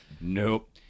Nope